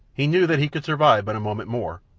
he knew that he could survive but a moment more,